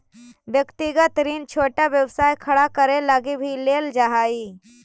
व्यक्तिगत ऋण छोटा व्यवसाय खड़ा करे लगी भी लेल जा हई